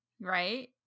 right